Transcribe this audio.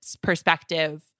perspective